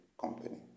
company